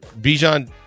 Bijan